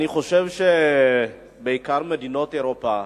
אני חושב שבעיקר במדינות אירופה,